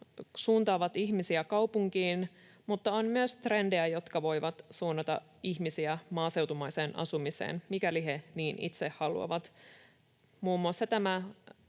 suuntaavat ihmisiä kaupunkiin, mutta on myös trendejä, jotka voivat suunnata ihmisiä maaseutumaiseen asumiseen, mikäli he niin itse haluavat. Muun muassa